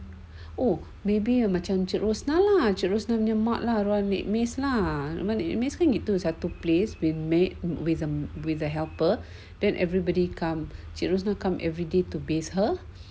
oh maybe macam cik rosnah lah cik rosnah punya mak lah dia kan macam tu satu place when maid with with the helper than everybody come cik rosnah come everyday to bathe her